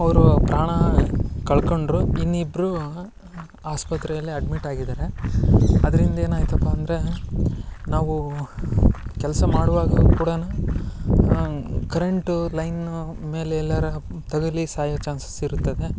ಅವರು ಪ್ರಾಣ ಕಳ್ಕೊಂಡ್ರು ಇನ್ನು ಇಬ್ಬರು ಆಸ್ಪತ್ರೆಲ್ಲಿ ಅಡ್ಮಿಟ್ ಆಗಿದ್ದಾರೆ ಅದ್ರಿಂದ ಏನಾಯಿತಪ್ಪ ಅಂದರೆ ನಾವು ಕೆಲಸ ಮಾಡುವಾಗ ಕೂಡ ಕರೆಂಟು ಲೈನು ಮೇಲೆ ಎಲ್ಲಾರೂ ತಗುಲಿ ಸಾಯೋ ಚಾನ್ಸಸ್ ಇರುತ್ತದೆ